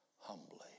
humbly